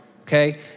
okay